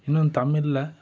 இன்னொன்று தமிழ்ல